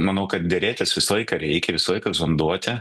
manau kad derėtis visą laiką reikia visą laiką zonduoti